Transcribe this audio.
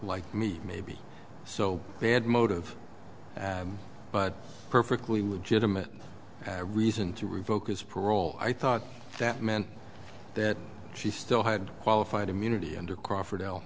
like me maybe so bad motive but perfectly legitimate reason to revoke his parole i thought that meant that she still had qualified immunity under crawford